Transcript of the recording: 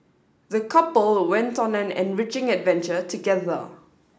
the couple went on an enriching adventure together